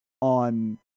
on